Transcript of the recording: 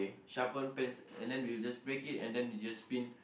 sharpen pencil and then you just break it and then you just spin